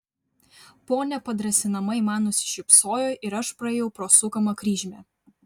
ponia padrąsinamai man nusišypsojo ir aš praėjau pro sukamą kryžmę